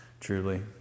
Truly